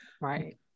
Right